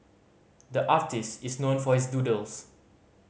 the artist is known for his doodles